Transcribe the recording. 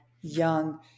young